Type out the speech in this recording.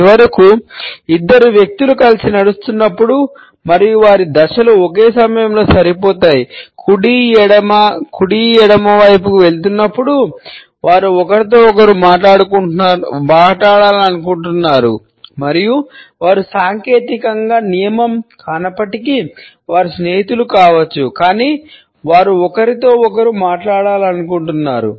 చివరకు ఇద్దరు వ్యక్తులు కలిసి నడుస్తున్నప్పుడు మరియు వారి దశలు ఒకే సమయంలో సరిపోతాయి కుడి ఎడమ కుడి ఎడమ వైపుకు వెళుతున్నప్పుడు వారు ఒకరితో ఒకరు మాట్లాడాలనుకుంటున్నారు మరియు వారు సాంకేతికంగా కానప్పటికీ వారు స్నేహితులు కావచ్చు కాని వారు ఒకరితో ఒకరు మాట్లాడాలనుకుంటున్నారు